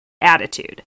attitude